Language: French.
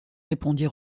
répondit